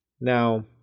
Now